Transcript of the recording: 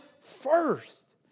first